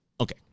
Okay